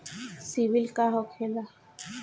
सीबील का होखेला?